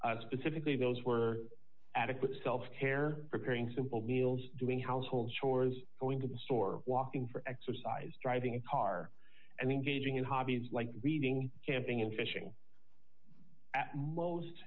specifically those were adequate self care preparing simple meals doing household chores going to the store walking for exercise driving a car and engaging in hobbies like reading camping and fishing at most